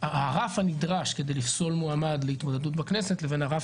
הרף הנדרש כדי לפסול מועמד להתמודדות בכנסת לבין הרף